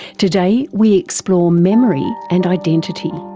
today we explore memory and identity,